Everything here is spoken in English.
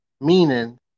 meaning